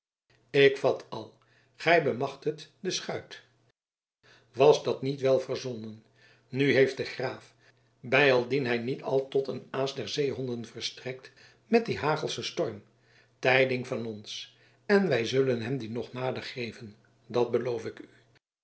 ik vat al gij bemachtigdet de schuit was dat niet wel verzonnen nu heeft de graaf bijaldien hij niet al tot een aas der zeehonden verstrekt met dien hagelschen storm tijding van ons en wij zullen hem die nog nader geven dat beloof ik u